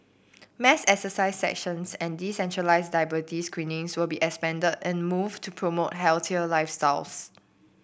mass exercise sessions and decentralised diabetes screening will be expanded in move to promote healthier lifestyles